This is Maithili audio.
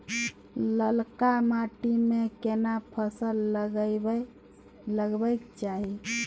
ललका माटी में केना फसल लगाबै चाही?